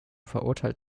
verurteilt